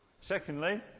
secondly